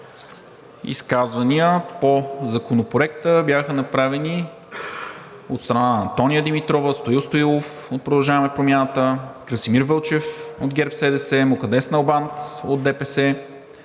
изказвания по Законопроекта бяха направени от страна на Антония Димитрова; Стоил Стоилов от „Продължаваме Промяната“; Красимир Вълчев от ГЕРБ-СДС; Мукаддес Налбант от ДПС;